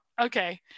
okay